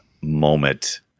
Moment